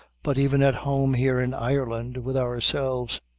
but even at home here in ireland, with ourselves.